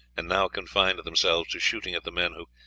and now confined themselves to shooting at the men who,